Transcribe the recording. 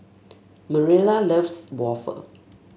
Mariela loves waffle